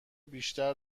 بیشتر